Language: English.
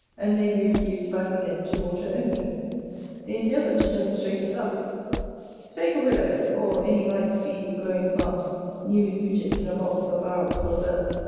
and may be reduced back again to water only they endeavour to demonstrate it thus take a willow, or any like speedy growing plant newly rooted in a box or barrel full of earth,